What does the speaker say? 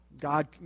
God